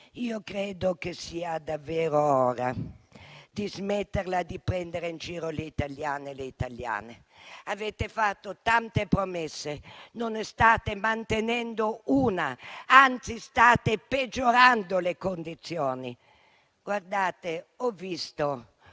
credo sia davvero ora di smetterla di prendere in giro gli italiani e le italiane. Avete fatto tante promesse, ma non ne state mantenendo una; anzi, state peggiorando le condizioni. Ho visto